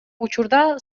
учурда